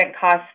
cost